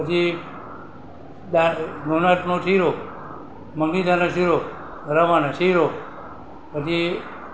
પછી ઘઉંના લોટનો શિરો મગની દાળનો શિરો રવાનો શિરો પછી